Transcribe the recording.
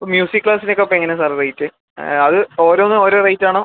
അപ്പോൾ മ്യൂസിക് ക്ലാസിനൊക്കെ അപ്പം എങ്ങനെയാണ് സാര് റേറ്റ് അത് ഓരോന്ന് ഓരോ റേറ്റ് ആണോ